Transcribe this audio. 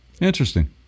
Interesting